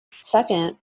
Second